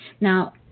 Now